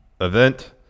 event